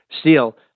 steel